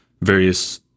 various